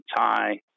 tie